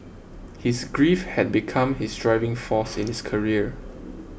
his grief had become his driving force in his career